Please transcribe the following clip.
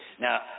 now